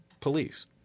police